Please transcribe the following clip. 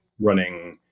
running